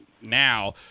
now